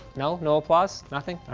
no, no applause, nothing,